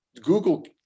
Google